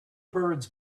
birds